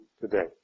today